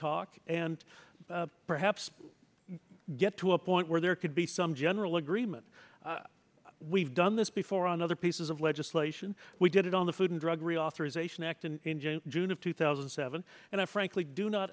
talk and perhaps get to a point where there could be some general a remember we've done this before on other pieces of legislation we did it on the food and drug reauthorization act in june of two thousand and seven and i frankly do not